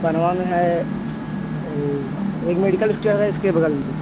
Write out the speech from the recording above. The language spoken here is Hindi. बंधुआ में है एक मेडिकल इस्टोर है उसके बग़ल में